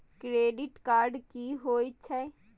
Credit card की होय छै?